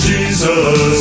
Jesus